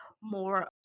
more